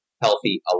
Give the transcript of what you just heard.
healthy